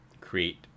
create